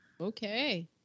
Okay